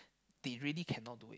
they really can not do it